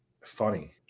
funny